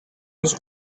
onze